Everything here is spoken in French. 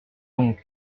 donc